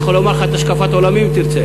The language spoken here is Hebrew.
אני יכול להגיד לך את השקפת עולמי, אם תרצה.